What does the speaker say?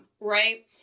right